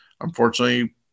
Unfortunately